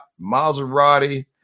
Maserati